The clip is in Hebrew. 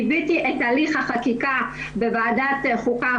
ליוויתי את תהליך החקיקה בוועדת החוקה,